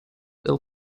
ill